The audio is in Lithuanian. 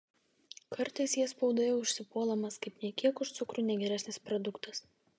kartais jis spaudoje užsipuolamas kaip nė kiek už cukrų negeresnis produktas